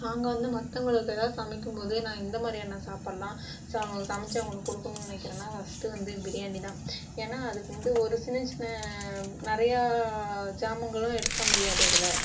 நாங்கள் வந்து மற்றவங்களுக்கு ஏதாவது சமைக்கும் போது நான் எந்தமாதிரியான சாப்பாடுலாம் ச சமைத்து அவங்களுக்கு கொடுக்கணுனு நினைக்கிறேனா ஃபர்ஸ்டு வந்து பிரியாணி தான் ஏன்னா அது வந்து ஒரு சின்ன சின்ன நிறையா சாமாங்களும் எடுக்கமுடியாது அதில்